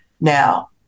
now